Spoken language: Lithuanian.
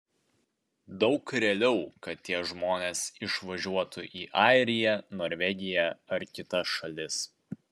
daug realiau kad tie žmonės išvažiuotų į airiją norvegiją ar kitas šalis